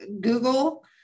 Google